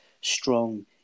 strong